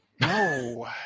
No